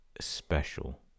special